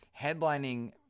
headlining